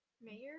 Mayor